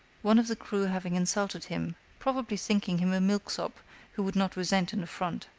one of the crew having insulted him, probably thinking him a milksop who would not resent an affront.